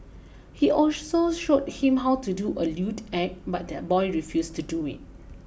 he also showed him how to do a lewd act but the boy refused to do it